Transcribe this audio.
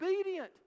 obedient